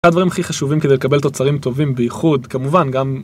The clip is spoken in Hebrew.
הדברים הכי חשובים כדי לקבל תוצרים טובים, בייחוד כמובן גם